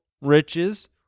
riches